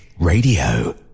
Radio